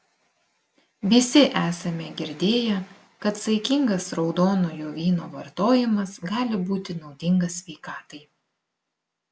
visi esame girdėję kad saikingas raudonojo vyno vartojimas gali būti naudingas sveikatai